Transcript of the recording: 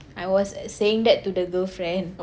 I was saying that to the girlfriend